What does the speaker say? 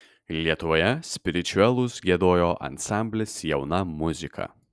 lietuvoje spiričiuelus giedojo ansamblis jauna muzika